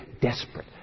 desperate